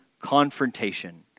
confrontation